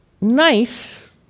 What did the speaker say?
Nice